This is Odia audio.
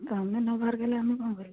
ତମେ ନ ଭରିପାରିଲେ ଆମେ କ'ଣ କରିବୁ